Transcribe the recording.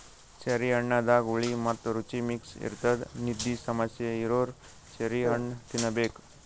cherry ಹಣ್ಣದಾಗ್ ಹುಳಿ ಮತ್ತ್ ರುಚಿ ಮಿಕ್ಸ್ ಇರ್ತದ್ ನಿದ್ದಿ ಸಮಸ್ಯೆ ಇರೋರ್ ಚೆರ್ರಿ ಹಣ್ಣ್ ತಿನ್ನಬೇಕ್